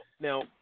now